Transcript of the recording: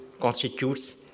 constitutes